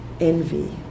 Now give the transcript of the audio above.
envy